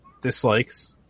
dislikes